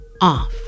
off